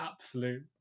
absolute